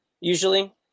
Usually